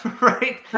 right